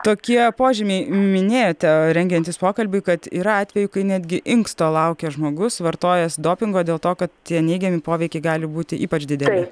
tokie požymiai minėjote rengiantis pokalbiui kad yra atvejų kai netgi inksto laukia žmogus vartojantis dopingą dėl to kad tie neigiami poveikiai gali būti ypač dideli